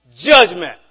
judgment